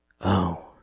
Oh